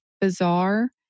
bizarre